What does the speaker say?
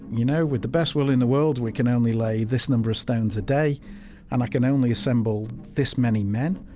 you know with the best will in the world, we can only lay this number of stones a day and i can only assemble this many men.